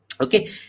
Okay